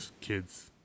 kids